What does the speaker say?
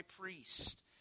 priest